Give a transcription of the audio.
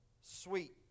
sweet